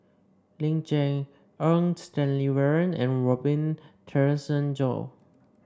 Ling Cher Eng Stanley Warren and Robin Tessensohn